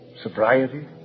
Sobriety